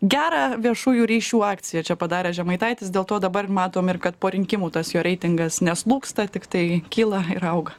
gerą viešųjų ryšių akciją čia padarė žemaitaitis dėl to dabar matom ir kad po rinkimų tas jo reitingas neslūgsta tiktai kyla ir auga